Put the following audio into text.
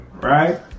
right